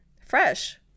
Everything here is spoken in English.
fresh